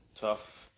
tough